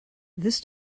this